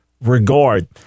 regard